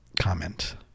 comment